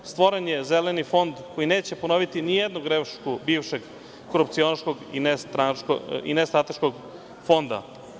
Stvoren je Zeleni fond koji neće ponoviti nijednu grešku bivšeg, korupcionaškog i nestrateškog fonda.